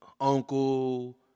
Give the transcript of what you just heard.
uncle